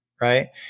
Right